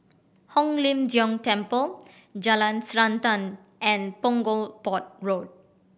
Hong Lim Jiong Temple Jalan Srantan and Punggol Port Road